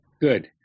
Good